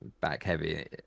back-heavy